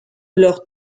leur